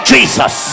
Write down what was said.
Jesus